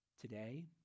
today